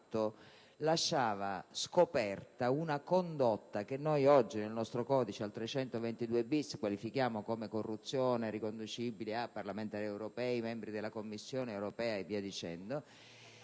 lasciava scoperta una condotta che oggi, nel nostro codice penale, all'articolo 322-*bis*, qualifichiamo come corruzione riconducibile a parlamentari europei, membri della Commissione e via dicendo.